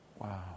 Wow